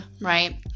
right